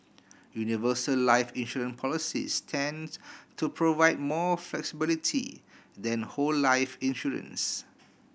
universal life insurance policies tend to provide more flexibility than whole life insurance